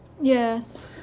Yes